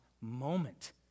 moment